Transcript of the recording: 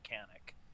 mechanic